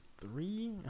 three